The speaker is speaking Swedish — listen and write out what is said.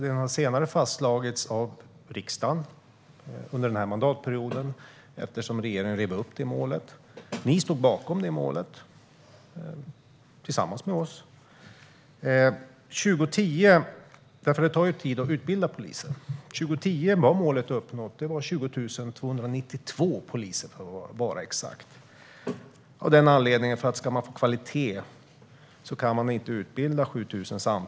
Det har senare fastslagits av riksdagen, under den här mandatperioden, eftersom regeringen rev upp det målet. Ni stod bakom målet, tillsammans med oss. Det tar ju tid att utbilda poliser, och 2010 var målet uppnått - vi hade 20 292 poliser, för att vara exakt. Anledningen var att man för att få kvalitet inte kan utbilda 7 000 samtidigt.